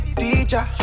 teacher